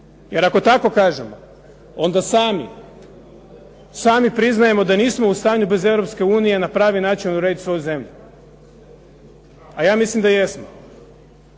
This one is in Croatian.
Jer ako tako kažemo, onda sami priznajemo da nismo u stanju bez Europske unije na pravi način urediti svoju zemlju. A ja mislim da jesmo.